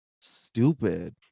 stupid